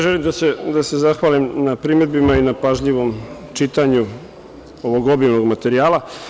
Želim da se zahvalim na primedbama i na pažljivom čitanju ovog obimnog materijala.